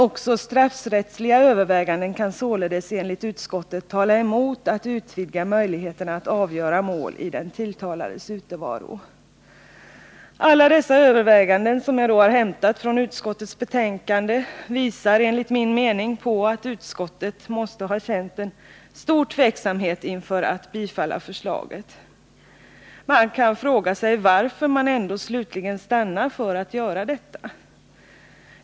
Också straffrättsliga överväganden kan således enligt utskottet tala emot att utvidga möjligheterna att avgöra mål i den tilltalades utevaro. Alla dessa överväganden, som jag har hämtat från utskottets betänkande, visar enligt min mening att utskottet måste ha känt stor tveksamhet inför att tillstyrka förslaget. Man kan fråga sig varför utskottet ändå slutligen stannar för att göra detta.